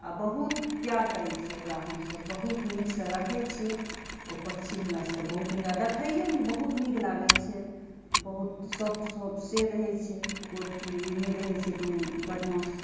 आ बहुत प्यार करै छी ओकरा हमसब बहुत नीकसँ रखै छियै ओ पक्षी हमरा सभके बहुत नीक आ देखैयोमे बहुत नीक लागै छै बहुत सॉफ्ट सॉफ्ट से रहै छै एको रति ई नहि रहै छै कोनो बदमाश